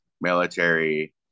military